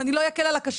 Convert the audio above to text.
ואני לא אקל על הקשיש?